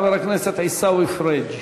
חבר הכנסת עיסאווי פריג'.